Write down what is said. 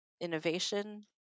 innovation